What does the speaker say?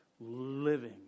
living